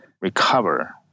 recover